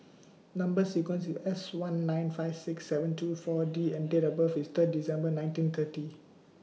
Number sequence IS S one nine five six seven two four D and Date of birth IS Third December nineteen thirty